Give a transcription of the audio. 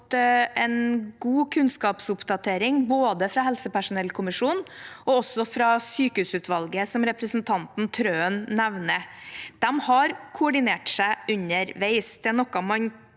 en god kunnskapsoppdatering, både fra helsepersonellkommisjonen og også fra sykehusutvalget, som representanten Trøen nevner. De har koordinert seg underveis.